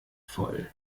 voll